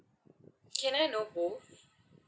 can I know both